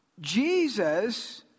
Jesus